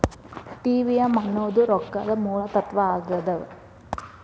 TVM ಅನ್ನೋದ್ ರೊಕ್ಕದ ಮೂಲ ತತ್ವ ಆಗ್ಯಾದ